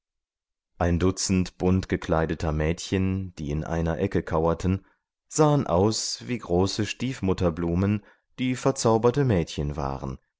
ein dutzend bunt gekleideter mädchen die in einer ecke kauerten sahen aus wie große stiefmutterblumen die verzauberte mädchen waren